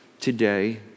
Today